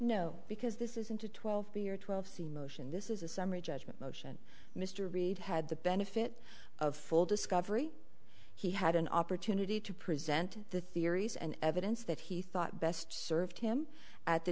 no because this isn't a twelve year twelve c motion this is a summary judgment motion mr reed had the benefit of full discovery he had an opportunity to present the theories and evidence that he thought best served him at the